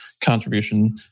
contribution